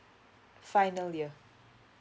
final year